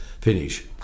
finish